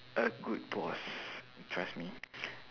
a good boss trust me